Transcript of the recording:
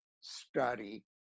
study